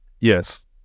Yes